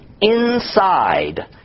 inside